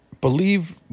believe